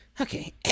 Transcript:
Okay